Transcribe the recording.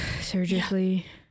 surgically